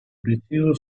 obiettivo